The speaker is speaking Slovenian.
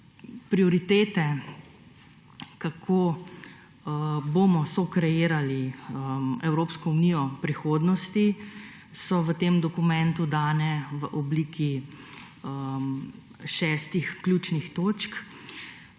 Prioritete, kako bomo sokreirali Evropsko unijo v prihodnosti, so v tem dokumentu dane v obliki šestih ključnih točk.